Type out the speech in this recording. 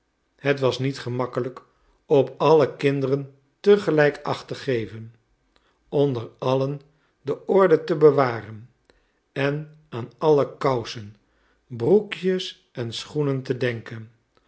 het was niet gemakkelijk op alle kinderen tegelijk acht te geven onder allen de orde te bewaren en aan alle kousen broekjes en schoenen te denken